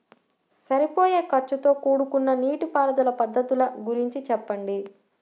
సరిపోయే ఖర్చుతో కూడుకున్న నీటిపారుదల పద్ధతుల గురించి చెప్పండి?